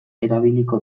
erabiliko